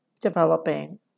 developing